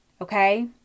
okay